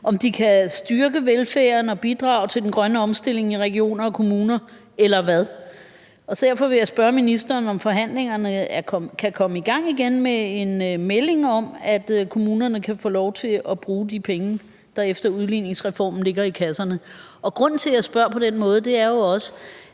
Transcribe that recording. om de kan styrke velfærden og bidrage til den grønne omstilling i regioner og kommuner, eller hvad. Derfor vil jeg spørge ministeren, om forhandlingerne kan komme i gang igen med en melding om, at kommunerne kan få lov til at bruge de penge, der efter udligningsreformen ligger i kasserne. Og grunden til, jeg spørger på den måde, er jo også,